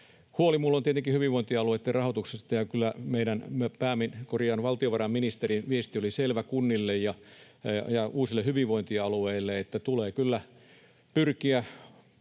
Huoli minulla on tietenkin hyvinvointialueitten rahoituksesta, ja kyllä meidän valtiovarainministerin viesti oli selvä kunnille ja uusille hyvinvointialueille, että tulee kyllä pyrkiä